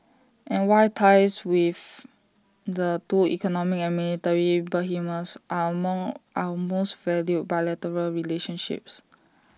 and why ties with the two economic and military behemoths are among our most valued bilateral relationships